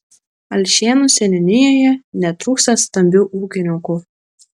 alšėnų seniūnijoje netrūksta stambių ūkininkų